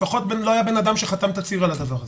לפחות לא היה בן אדם שחתם תצהיר על הדבר הזה.